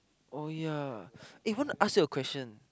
oh ya eh want to ask you a question